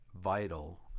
vital